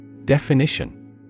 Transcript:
Definition